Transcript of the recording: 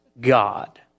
God